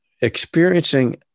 experiencing